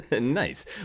Nice